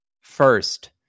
first